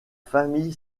famille